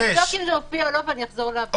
נבדוק אם זה מופיע או לא ואני אחזור לוועדה.